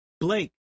Blake